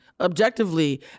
objectively